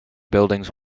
buildings